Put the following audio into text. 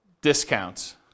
discounts